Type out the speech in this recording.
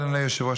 אדוני היושב-ראש,